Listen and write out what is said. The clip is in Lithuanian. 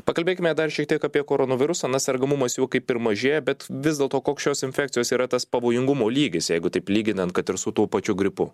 pakalbėkime dar šiek tiek apie koronavirusą na sergamumas juo kaip ir mažėja bet vis dėlto koks šios infekcijos yra tas pavojingumo lygis jeigu taip lyginant kad ir su tuo pačiu gripu